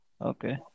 Okay